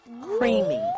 creamy